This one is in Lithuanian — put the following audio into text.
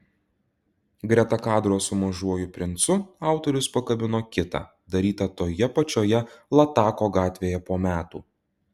greta kadro su mažuoju princu autorius pakabino kitą darytą toje pačioje latako gatvėje po metų